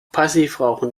passivrauchen